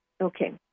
Okay